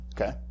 okay